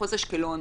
מחוז אשקלון,